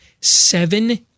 seven